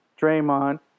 Draymond